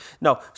No